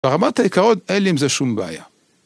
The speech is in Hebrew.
ברמת העיקרון אין לי עם זה שום בעיה.